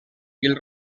bill